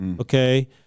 Okay